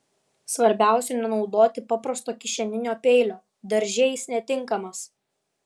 svarbiausia nenaudoti paprasto kišeninio peilio darže jis netinkamas